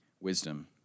wisdom